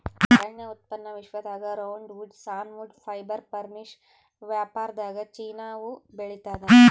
ಅರಣ್ಯ ಉತ್ಪನ್ನ ವಿಶ್ವದಾಗ ರೌಂಡ್ವುಡ್ ಸಾನ್ವುಡ್ ಫೈಬರ್ ಫರ್ನಿಶ್ ವ್ಯಾಪಾರದಾಗಚೀನಾವು ಬೆಳಿತಾದ